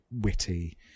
witty